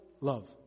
love